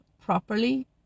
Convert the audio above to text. properly